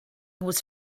was